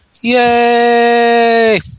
Yay